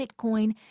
Bitcoin